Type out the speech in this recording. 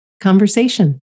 conversation